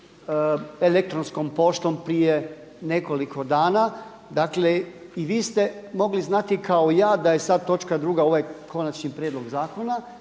elektronskom poštom prije nekoliko dana. Dakle i vi ste mogli znati kao i ja da je sada točka druga ovaj konačni prijedlog zakona.